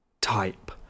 type